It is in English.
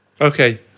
Okay